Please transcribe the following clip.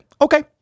okay